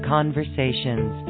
Conversations